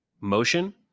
motion